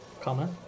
comma